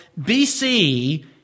BC